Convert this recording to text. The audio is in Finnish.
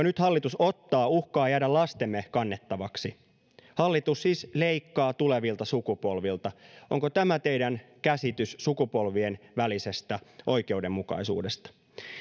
nyt hallitus ottaa uhkaa jäädä lastemme kannettavaksi hallitus siis leikkaa tulevilta sukupolvilta onko tämä teidän käsitys sukupolvien välisestä oikeudenmukaisuudesta